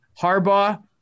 Harbaugh